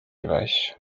device